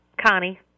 Connie